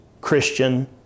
Christian